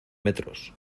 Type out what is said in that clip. metros